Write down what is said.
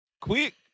quick